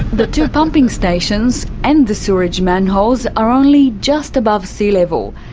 the two pumping stations and the sewerage manholes are only just above sea level.